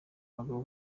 abagabo